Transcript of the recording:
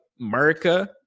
America